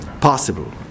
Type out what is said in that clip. possible